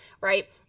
right